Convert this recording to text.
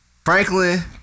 Franklin